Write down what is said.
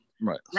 Right